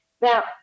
Now